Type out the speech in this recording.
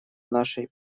нашей